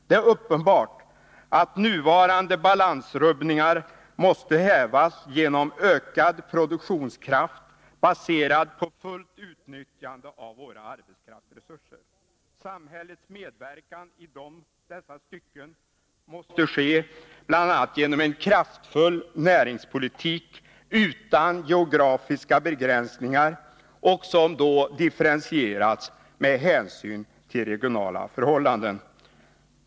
Det är uppenbart att nuvarande balansrubbningar måste hävas genom ökad produktionskraft baserad på fullt utnyttjande av våra arbetskraftsresurser. Samhällets medverkan i dessa stycken måste ske bl.a. genom en kraftfull näringspolitik utan geografiska begränsningar och differentierad med hänsyn till regionala förhållanden. Herr talman!